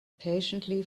patiently